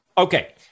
Okay